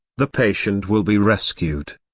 the patient will be rescued.